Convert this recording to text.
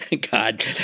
God